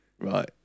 Right